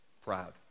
proud